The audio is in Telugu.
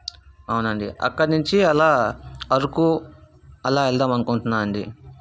అవునండి అక్కడ్నుంచి అలా అరకు అలా వెళ్దాం అనుకుంటున్నాను అండి